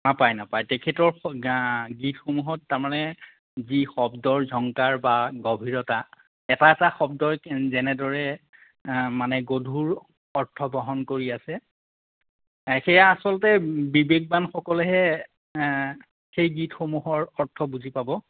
নাপায় নাপায় তেখেতৰ স গা গীতসমূহত তাৰমানে যি শব্দৰ ঝংকাৰ বা গভীৰতা এটা এটা শব্দই যেনেদৰে মানে গধুৰ অৰ্থ বহন কৰি আছে সেইয়া আচলতে বিবেকবানসকলেহে সেই গীতসমূহৰ অৰ্থ বুজি পাব